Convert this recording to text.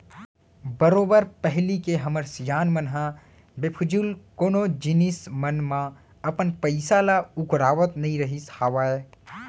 बरोबर पहिली के हमर सियान मन ह बेफिजूल कोनो जिनिस मन म अपन पइसा ल उरकावत नइ रहिस हावय